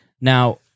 Now